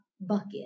bucket